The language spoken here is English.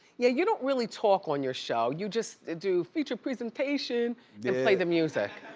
yeah you don't really talk on your show. you just do feature presentation yeah play the music.